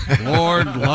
Lord